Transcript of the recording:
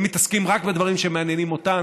הם מתעסקים רק בדברים שמעניינים אותם,